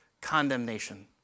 condemnation